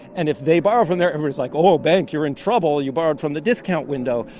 and if they borrow from there, everybody's like, oh, bank, you're in trouble, you borrowed from the discount window.